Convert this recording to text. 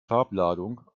farbladung